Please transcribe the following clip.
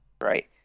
right